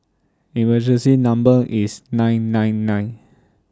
emergency Number IS nine nine nine